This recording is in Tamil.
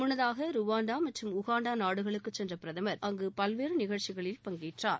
முன்னதாக ருவாண்டா மற்றும் உகாண்டா நாடுகளுக்கு சென்ற பிரதமர் அங்கு பல்வேறு நிகழ்ச்சிகளில் பங்கேற்றார்